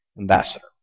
ambassador